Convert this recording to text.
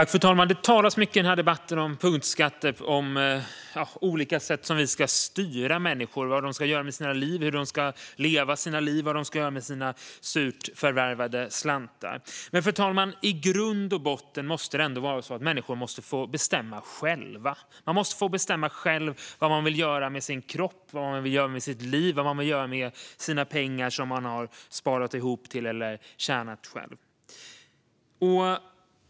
Fru talman! Det talas i denna debatt mycket om punktskatter för att styra människor på olika sätt - styra vad de ska göra med sina liv, hur de ska leva sina liv och vad de ska göra med sina surt förvärvade slantar. Men, fru talman, i grund och botten måste väl människor ändå få bestämma själva. Man måste få bestämma själv vad man vill göra med sin kropp, sitt liv och sina pengar som man sparat ihop till eller tjänat själv.